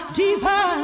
deeper